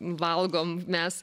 valgom mes